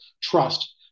trust